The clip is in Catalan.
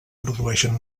produeixen